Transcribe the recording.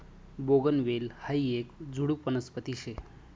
बोगनवेल हायी येक झुडुप वनस्पती शे